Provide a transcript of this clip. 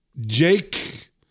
Jake